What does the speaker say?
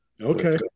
Okay